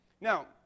Now